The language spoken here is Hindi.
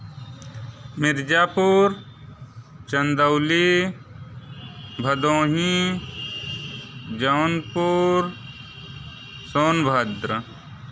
मिर्ज़ापुर चंदौली भदोही जौनपुर सोनभद्र